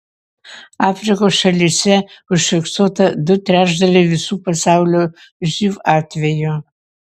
afrikos šalyse užfiksuota du trečdaliai visų pasaulio živ atvejų